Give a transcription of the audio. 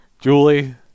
Julie